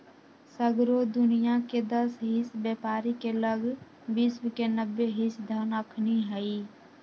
सगरो दुनियाँके दस हिस बेपारी के लग विश्व के नब्बे हिस धन अखनि हई